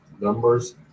Numbers